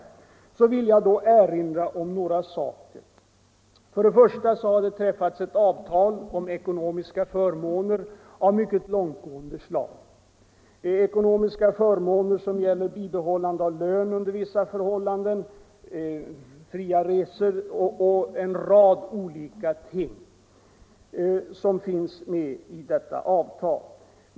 Jag vill då erinra om ytterligare några saker. Först och främst har det träffats ett avtal om ekonomiska förmåner av mycket långtgående slag. Det är ekonomiska förmåner som gäller bibehållande av lön under vissa förhållanden, fria resor och en rad olika ting.